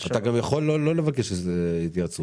אתה יכול גם לא לבקש התייעצות,